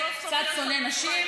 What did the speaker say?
קצת שונא נשים.